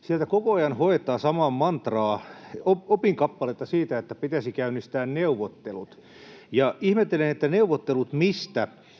Sieltä koko ajan hoetaan samaa mantraa, opinkappaletta siitä, että pitäisi käynnistää neuvottelut. [Vasemmalta: Niin pitäisi!] Ihmettelen, että neuvottelut mistä